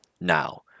Now